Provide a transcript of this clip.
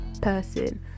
person